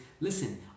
listen